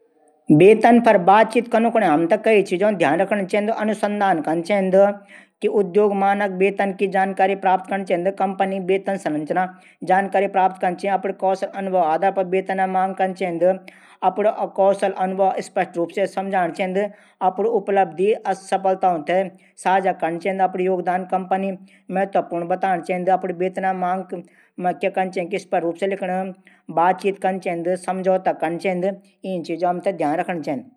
वेतन पर बातचीत कनू कुणे। हमथे कई चीजो ध्यान रखण चैंद। अनुसंधान कन चैंद। उद्योग मानक जानकारी प्राप्त कन चैंद। कम्पनी मानक वेतन संरचना मानक पता कन चैंद। अपडू कोशल आधार पर वेतन तय कन चैंद। अपडू कौशल अनुभव अछू से समझाण चैंद। उपलब्धि असफलताओं थै। साझा कन चैंद। आदि